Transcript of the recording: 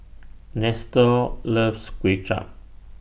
Nestor loves Kway Chap